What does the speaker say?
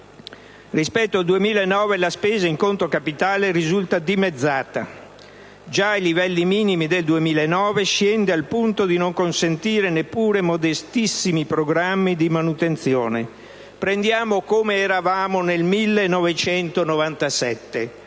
rispetto al 2009, la spesa in conto capitale risulta dimezzata; già ai livelli minimi nel 2009, scende al punto di non consentire neppure modestissimi programmi di manutenzione. Prendiamo come eravamo nel 1997: